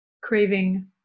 craving